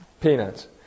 peanuts